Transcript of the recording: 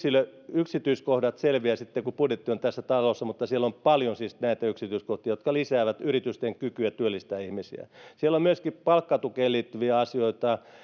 yksityiskohdat selviävät sitten kun budjetti on tässä talossa mutta siellä on paljon siis näitä yksityiskohtia jotka lisäävät yritysten kykyä työllistää ihmisiä siellä on myöskin palkkatukeen liittyviä asioita